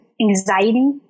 anxiety